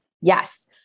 Yes